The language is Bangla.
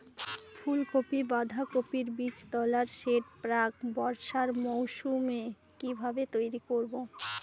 ফুলকপি বাধাকপির বীজতলার সেট প্রাক বর্ষার মৌসুমে কিভাবে তৈরি করব?